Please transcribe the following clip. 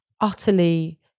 utterly